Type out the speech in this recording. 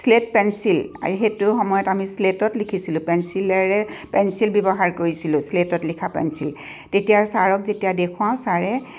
slate pencil সেইটো সময়ত আমি স্লেটত লিখিছিলোঁ পেঞ্চিলেৰে পেঞ্চিল ব্যৱহাৰ কৰিছিলোঁ স্লেটত লিখা পেঞ্চিল তেতিয়া ছাৰক যেতিয়া দেখুৱাওঁ ছাৰে